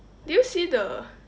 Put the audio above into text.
did you see the